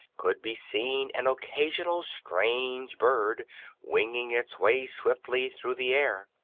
could be seen an occasional strange bird winging its way swiftly through the air.